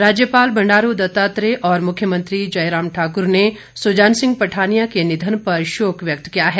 राज्यपाल बंडारू दत्तात्रेय और मुख्यमंत्री जयराम ठाकुर ने सुजान सिंह पठानिया के निधन पर शोक व्यक्त किया है